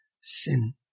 sin